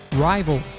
Rival